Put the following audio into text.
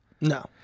No